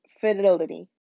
fidelity